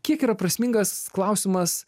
kiek yra prasmingas klausimas